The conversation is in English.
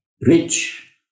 rich